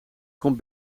komt